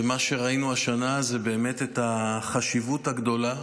ומה שראינו השנה זה את החשיבות הגדולה